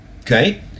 okay